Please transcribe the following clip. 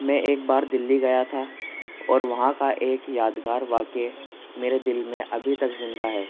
میں ایک بار دلّی گیا تھا اور وہاں کا ایک یادگار واقعہ میرے دل میں ابھی تک زندہ ہے